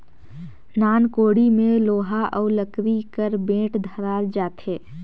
नान कोड़ी मे लोहा अउ लकरी कर बेठ धराल जाथे